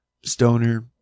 stoner